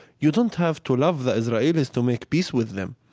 you don't have to love the israelis to make peace with them.